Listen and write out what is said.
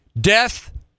Death